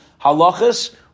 halachas